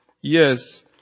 Yes